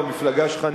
במפלגה שלך,